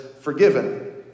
forgiven